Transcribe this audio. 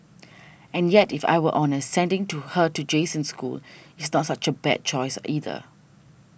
and yet if I were honest sending her to Jason's school is not such a bad choice either